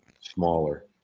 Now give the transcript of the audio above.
smaller